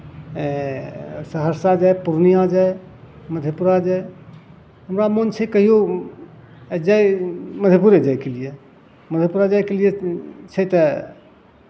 सहरसा जाय पूर्णिया जाय मधेपुरा जाय हमरा मोन छै कहिओ जाय मधेपुरे जायके लिए मधेपुरा जायके लिए छै तऽ